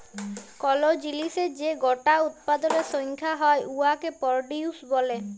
call জিলিসের যে গটা উৎপাদলের সংখ্যা হ্যয় উয়াকে পরডিউস ব্যলে